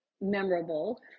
memorable